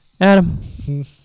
Adam